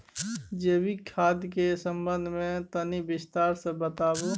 जैविक खाद के संबंध मे तनि विस्तार स बताबू?